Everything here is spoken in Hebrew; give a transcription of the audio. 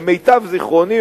למיטב זיכרוני,